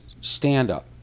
stand-up